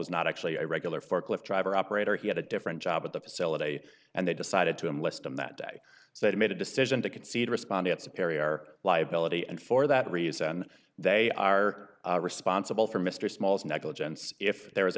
was not actually a regular forklift driver operator he had a different job at the facility and they decided to enlist him that day so they made a decision to concede respondents a perrier liability and for that reason they are responsible for mr small's negligence if there